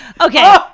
okay